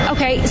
Okay